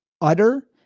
utter